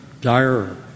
dire